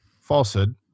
falsehood